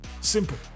simple